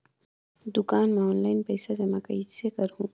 दुकान म ऑनलाइन पइसा जमा कइसे करहु?